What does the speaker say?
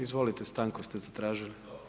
Izvolite, stanku ste zatražili.